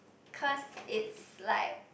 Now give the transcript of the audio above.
cause it's like